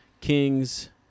Kings